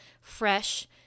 fresh